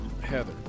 Heather